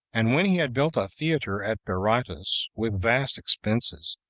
and when he had built a theater at berytus, with vast expenses,